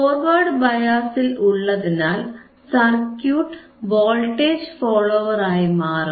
forward bias ഉള്ളതിനാൽ circuit voltage follower ആയിമാറും